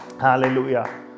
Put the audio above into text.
Hallelujah